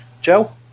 Joe